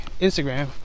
Instagram